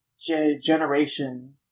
generation